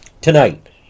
tonight